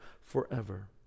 forever